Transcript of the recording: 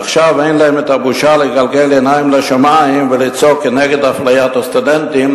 עכשיו אין להם בושה לגלגל עיניים לשמים ולצעוק כנגד אפליית הסטודנטים,